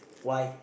why